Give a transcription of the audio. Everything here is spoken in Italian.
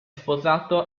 sposato